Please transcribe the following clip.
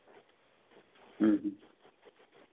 ᱦᱮᱸ ᱦᱮᱸ